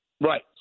Right